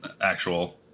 actual